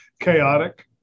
Chaotic